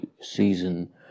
season